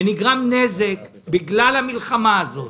ונגרם נזק בגלל המלחמה הזאת,